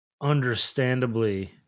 understandably